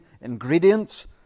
ingredients